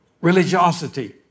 religiosity